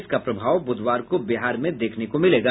इसका प्रभाव बुधवार को बिहार में देखने को मिलेगा